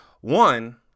one